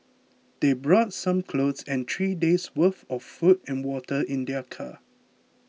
they brought some clothes and three days worth of food and water in their car